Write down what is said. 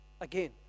again